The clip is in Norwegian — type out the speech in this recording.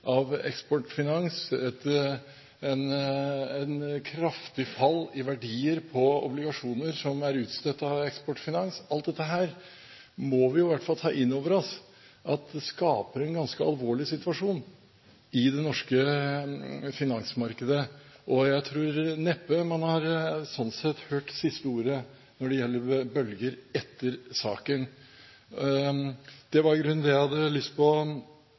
av Eksportfinans, et kraftig fall i verdier på obligasjoner som er utstedt av Eksportfinans – alt dette – må vi ta inn over oss at skaper en ganske alvorlig situasjon i det norske finansmarkedet. Jeg tror neppe man slik sett har hørt siste ordet når det gjelder bølger etter saken. Det var i grunnen det jeg hadde lyst